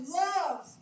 love